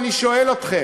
אני שואל אתכם,